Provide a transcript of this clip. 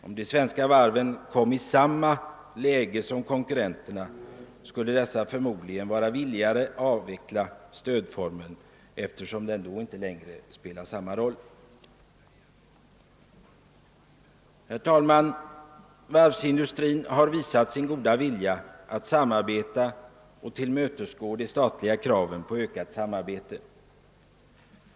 Om de svenska varven kom i samma läge som konkurenterna skulle dessa förmodligen vara villigare att avveckla stödformen, eftersom den då inte längre skulle spela samma roll. Herr talman! Varvsindustrin har visat sin goda vilja att samarbeta och tillmötesgå de statliga kraven på ökat samarbete.